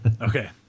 Okay